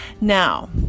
Now